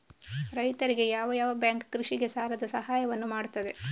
ರೈತರಿಗೆ ಯಾವ ಯಾವ ಬ್ಯಾಂಕ್ ಕೃಷಿಗೆ ಸಾಲದ ಸಹಾಯವನ್ನು ಮಾಡ್ತದೆ?